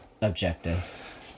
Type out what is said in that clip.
objective